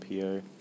PO